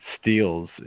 steals